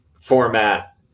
format